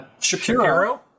Shapiro